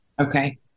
Okay